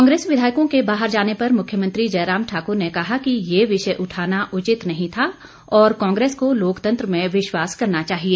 कांग्रेस विधायकों के बाहर जाने पर मुख्यमंत्री जयराम ठाकुर ने कहा कि ये विषय उठाना उचित नहीं था और कांग्रेस को लोकतंत्र में विश्वास करना चाहिए